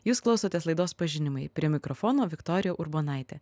jūs klausotės laidos pažinimai prie mikrofono viktorija urbonaitė